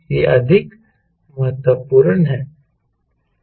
यह अधिक महत्वपूर्ण है